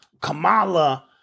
Kamala